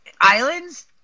islands